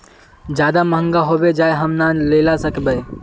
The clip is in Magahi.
ज्यादा महंगा होबे जाए हम ना लेला सकेबे?